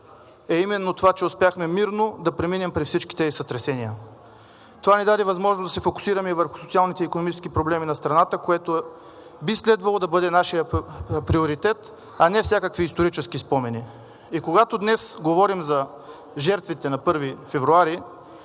е именно това, че успяхме мирно да преминем през всички тези сътресения. Това ни даде възможност да се фокусираме и върху социалните и икономическите проблеми на страната, което би следвало да бъде нашият приоритет, а не всякакви исторически спомени. И когато днес говорим за жертвите на 1 февруари,